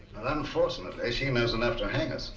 and unfortunately she knows enough to hang us,